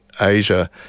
Asia